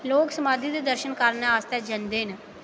लोक समाधी दे दर्शन करन आस्तै जंदे न